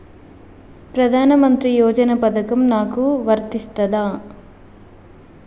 ప్రధానమంత్రి యోజన పథకం నాకు వర్తిస్తదా?